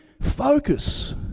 focus